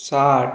साठ